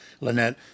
Lynette